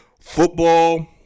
football